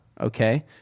okay